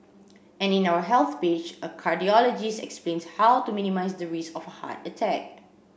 and in our health page a cardiologist explains how to minimise the risk of heart attack